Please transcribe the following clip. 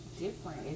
different